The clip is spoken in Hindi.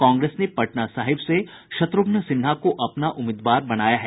कांग्रेस ने पटना साहिब से शत्रुघ्न सिन्हा को अपना उम्मीदवार बनाया है